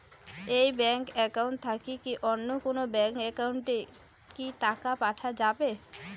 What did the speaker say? এই bank account থাকি কি অন্য কোনো ব্যাংক একাউন্ট এ কি টাকা পাঠা যাবে?